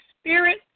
spirit